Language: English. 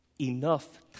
enough